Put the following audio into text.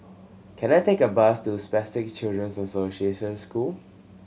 can I take a bus to Spastic Children's Association School